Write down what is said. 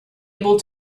able